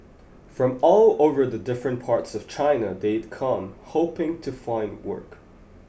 from all over the different parts of China they'd come hoping to find work